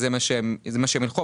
זה מה שהם ילכו,